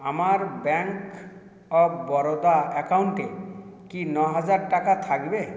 আমার bank of Baroda অ্যাকাউন্টে কি ন হাজার টাকা থাকবে